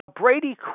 Brady